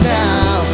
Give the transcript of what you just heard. now